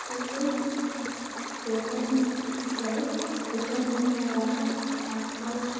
किन्तु केषुचन स्थलेषु दशमकक्षायाः अङ्कं